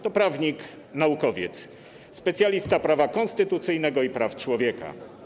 To prawnik, naukowiec, specjalista z zakresu prawa konstytucyjnego i praw człowieka.